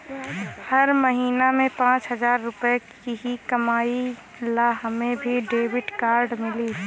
हम महीना में पाँच हजार रुपया ही कमाई ला हमे भी डेबिट कार्ड मिली?